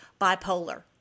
bipolar